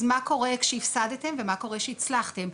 מה קורה כשהפסדתם, ומה קורה כשהצלחתם.